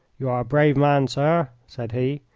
you are a brave man, sir, said he.